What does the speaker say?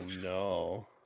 no